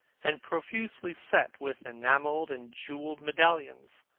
and profusely set with enamelled and jewelled medallions.